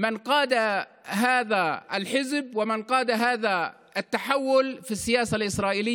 כמיטב יכולתנו להשפיע על הפוליטיקה הישראלית ועל השתלשלות האירועים.